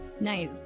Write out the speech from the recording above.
Nice